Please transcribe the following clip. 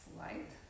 light